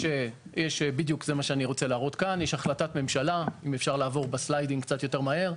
מה זה אומר לגבי החלטה לסגור 1-4?